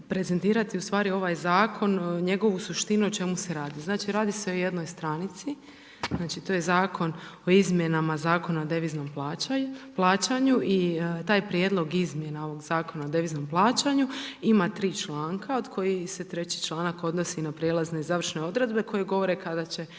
prezentirati u stvari ovaj zakon, njegovu suštinu, o čemu se radi? Znači, radi se o jednoj stranici, znači, to je Zakon o izmjenama Zakona o deviznom plaćanju i taj prijedlog izmjena ovog Zakona o deviznom plaćanju ima 3 članka od kojih se treći članak odnosi na prijelazne i završne odredbe koji govore kada će